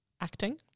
acting